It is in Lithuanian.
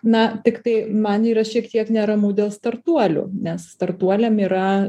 na tiktai man yra šiek tiek neramu dėl startuolių nes startuoliam yra